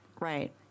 right